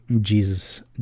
Jesus